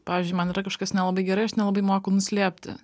pavyzdžiui man yra kažkas nelabai gerai aš nelabai moku nuslėpti